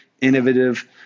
innovative